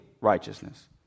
righteousness